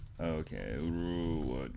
Okay